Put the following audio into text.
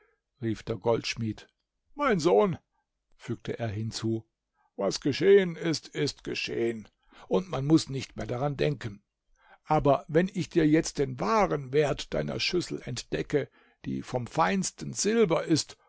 rief der goldschmied mein sohn fügte er hinzu was geschehen ist ist geschehen und man muß nicht mehr daran denken aber wenn ich dir jetzt den wahren wert deiner schüssel entdecke die vom feinsten silber ist